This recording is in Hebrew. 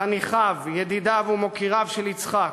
חניכיו, ידידיו ומוקיריו של יצחק,